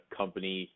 company